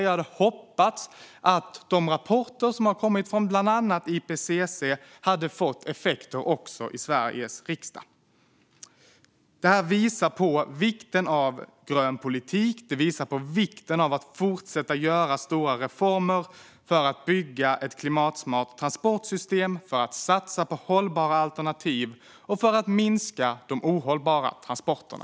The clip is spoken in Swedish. Jag hade hoppats att de rapporter som har kommit från bland annat IPCC hade fått effekter också i Sveriges riksdag. Detta visar på vikten av grön politik. Det visar på vikten av att fortsätta göra stora reformer för att bygga ett klimatsmart transportsystem, för att satsa på hållbara alternativ och för att minska de ohållbara transporterna.